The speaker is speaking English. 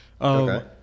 Okay